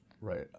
Right